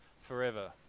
forever